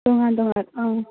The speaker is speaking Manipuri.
ꯇꯣꯉꯥꯟ ꯇꯣꯉꯥꯟ ꯑꯥ